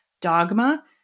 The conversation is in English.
Dogma